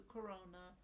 Corona